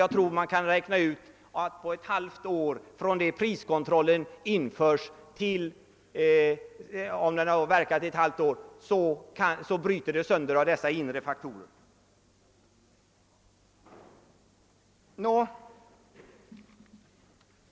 Jag tror att man kan räkna ut att priskontrollen av de inre faktorer jag talat om bryts sönder efter ett halvt år från införandet.